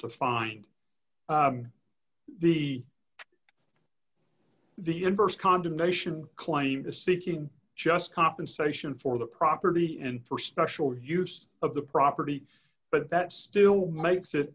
to find the the inverse condemnation claim to seeking just compensation for the property and for special use of the property but that still makes it